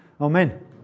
Amen